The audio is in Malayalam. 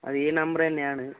അത് ഈ നമ്പർ തന്നെയാണ്